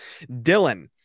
dylan